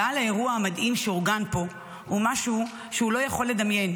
הגעה לאירוע המדהים שאורגן פה היא משהו שהוא לא יכול לדמיין,